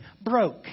broke